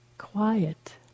quiet